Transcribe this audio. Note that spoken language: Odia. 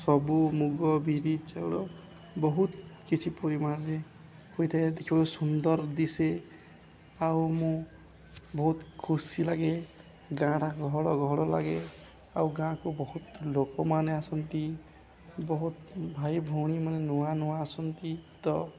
ସବୁ ମୁଗ ବିରି ଚାଉଳ ବହୁତ କିଛି ପରିମାଣରେ ହୋଇଥାଏ ଦେଖିବା ସୁନ୍ଦର ଦିଶେ ଆଉ ମୁଁ ବହୁତ ଖୁସି ଲାଗେ ଗାଁଟା ଗହଳ ଗହଳ ଲାଗେ ଆଉ ଗାଁକୁ ବହୁତ ଲୋକମାନେ ଆସନ୍ତି ବହୁତ ଭାଇ ଭଉଣୀ ମାନେ ନୂଆ ନୂଆ ଆସନ୍ତି ତ